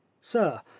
sir